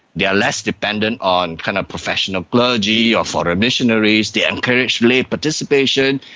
they are less dependent on kind of professional clergy or foreign missionaries, they encourage lay participation,